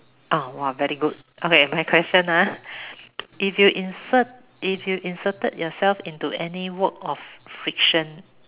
oh !wah! very good okay my question ah if you insert if you inserted yourself into any work of friction